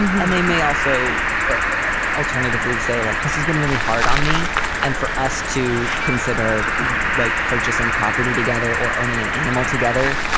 and they may also ah alternatively say, like this has been really hard on me and for us to consider like purchasing property together or owning an animal together,